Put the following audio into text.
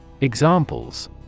Examples